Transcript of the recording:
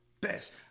best